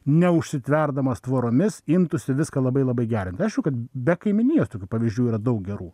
ne užsitverdamas tvoromis imtųsi viską labai labai gerint aišku kad be kaimynijos tokių pavyzdžių yra daug gerų